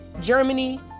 Germany